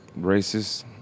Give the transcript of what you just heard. racist